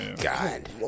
God